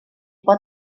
pot